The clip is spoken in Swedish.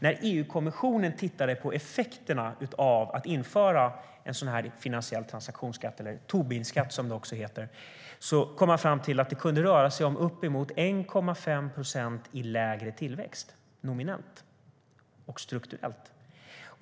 När EU-kommissionen tittade på effekterna av att införa en sådan här finansiell transaktionsskatt eller Tobinskatt, som det också heter, kom man fram till att det kunde röra sig om uppemot 1,5 procent i lägre tillväxt nominellt och strukturellt.